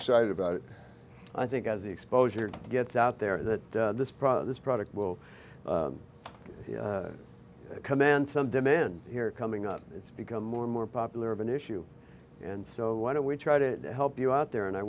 excited about it i think as exposure gets out there that this product this product will command some demand here coming out it's become more and more popular of an issue and so why don't we try to help you out there and i